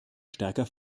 stärker